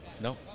No